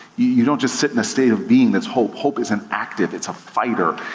you don't just sit in a state of being that's hope. hope is an active, it's a fighter,